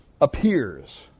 appears